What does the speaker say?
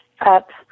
up